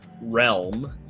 realm